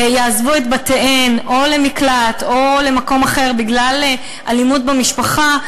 עוזבות את בתיהן או למקלט או למקום אחר בגלל אלימות במשפחה,